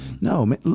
No